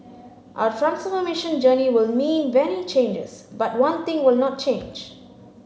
our transformation journey will mean many changes but one thing will not change